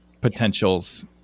potentials